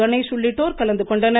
கணேஷ் உள்ளிட்டோர் கலந்துகொண்டனர்